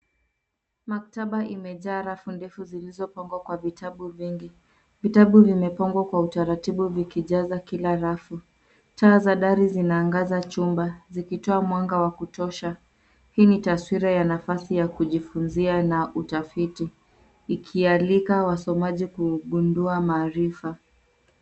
Maktaba imejaa rafu ndefu zilizopangwa kwa vitabu vingi. Vitabu vimepangwa kwa utaratibu vikijaza kila rafu. Taa za dari zinaangaza chumba ,zikitoa mwanga wa kutosha. Hii ni taaswira ya nafasi ya kujifunzia na utafiti, ikialika wasomaji kugundua maarifa.